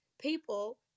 people